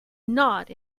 not